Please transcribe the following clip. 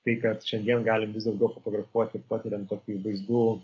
tai kad šiandien gali vis daugiau fotografuoti patiriam tokių vaizdų